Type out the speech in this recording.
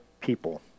people